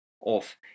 off